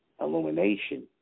Illumination